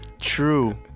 True